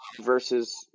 versus